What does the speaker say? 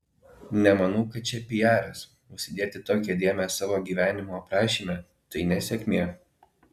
nemanau kad čia pijaras užsidėti tokią dėmę savo gyvenimo aprašyme tai nesėkmė